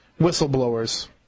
whistleblowers